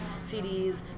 CDs